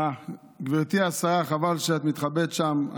גברתי השרה, חבל שאת מתחבאת שם.